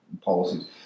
policies